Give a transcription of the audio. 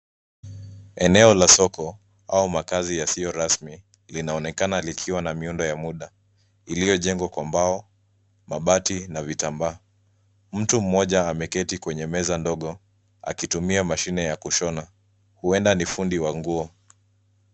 Eneo la soko au makaazi yasiyo rasmi linaonekana likiwa na miundo ya muda iliyojengwa kwa mbao, mabati na vitambaa. Mtu mmoja ameketi kwenye meza ndogo akitumia mashine ya kushona, huenda na fundi wa nguo.